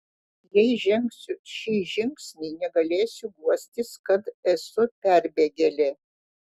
jei žengsiu šį žingsnį negalėsiu guostis kad esu perbėgėlė